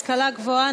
השכלה גבוהה,